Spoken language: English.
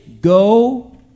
go